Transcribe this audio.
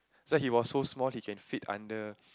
so he was so small he can fit under